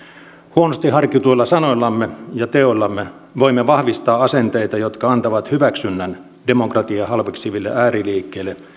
huonosti harkituilla sanoillamme ja teoillamme voimme vahvistaa asenteita jotka antavat hyväksynnän demokratiaa halveksiville ääriliikkeille